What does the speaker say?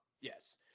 Yes